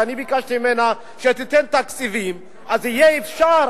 אני ביקשתי ממנה שתיתן תקציבים ואז יהיה אפשר